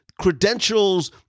credentials